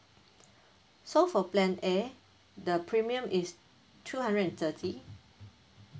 so for plan A the premium is two hundred and thirty